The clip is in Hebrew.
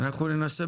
אנחנו ננסה,